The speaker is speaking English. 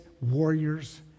warriors